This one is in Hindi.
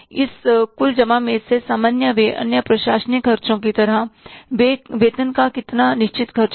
इस कुल जमा में से सामान्य व्यय अन्य प्रशासनिक खर्चों की तरह वेतन का कितना निश्चित खर्च होगा